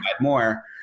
more